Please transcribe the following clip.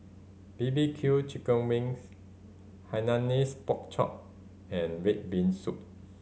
B B Q chicken wings Hainanese Pork Chop and red bean soup